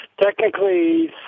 Technically